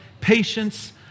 patience